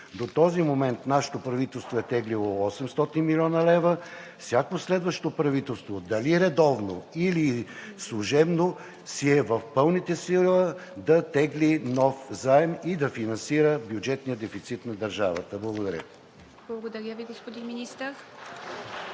До този момент нашето правителство е теглило 800 млн. лв., всяко следващо правителство – дали редовно, или служебно, си е в пълната сила да тегли нов заем и да финансира бюджетния дефицит на държавата. Благодаря. (Ръкопляскания от